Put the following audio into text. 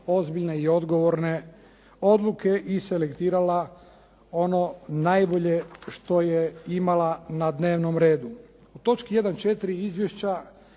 ozbiljne i odgovorne odluke i selektirala ono najbolje što je imala na dnevnom redu. U točki 1.4 izvješća